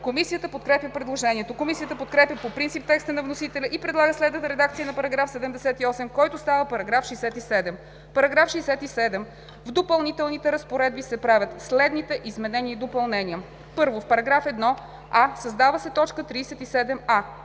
Комисията подкрепя предложението. Комисията подкрепя по принцип текста на вносителя и предлага следната редакция на § 78, който става § 67: „§ 67. В допълнителните разпоредби се правят следните изменения и допълнения: 1. В § 1: а) създава се т. 37а: